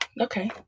Okay